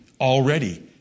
already